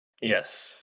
Yes